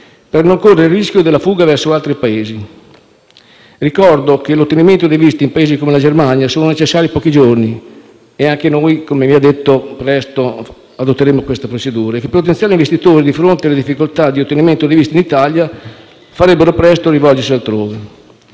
per non correre il rischio della fuga verso altri Paesi. Ricordo che per l'ottenimento dei visti in Paesi come la Germania sono necessari pochi giorni (anche noi, come già detto, adotteremo presto queste procedure) e che potenziali investitori, di fronte alle difficoltà di ottenimento del visto in Italia, farebbero presto a rivolgersi altrove.